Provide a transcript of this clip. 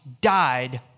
died